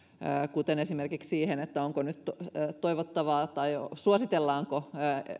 kuten esimerkiksi siihen onko uudenmaan sisällä mökkeily nyt toivottavaa tai suositellaanko